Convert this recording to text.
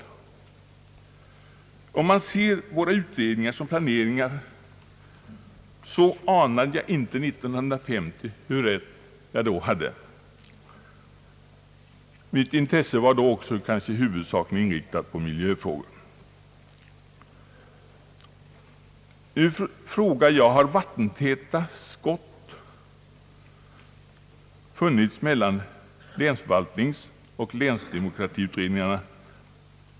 Om man ser våra utredningar som planeringar, så anade jag inte 1950, hur rätt jag då hade. Mitt intresse var då kanske huvudsakligen inriktat på miljöfrågor. Nu frågar jag: Har vattentäta skott funnits mellan länsförvaltningsutredningen och länsdemokratiutredningen?